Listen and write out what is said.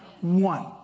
One